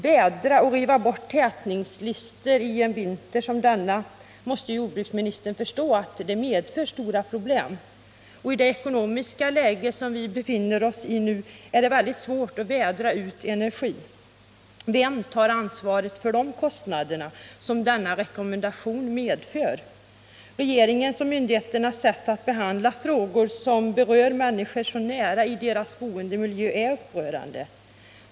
Jordbruksministern måste ju förstå att det medför stora problem att i en vinter som denna vädra och riva bort tätningslister. I dagens ekonomiska läge är det mycket svårt att vädra ut energi. Vem tar ansvaret för de kostnader som det skulle innebära att följa denna rekommendation? Regeringens och myndigheternas sätt att behandla frågor som berör människorna så nära som boendemiljön är upprörande.